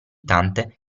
tante